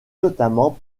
notamment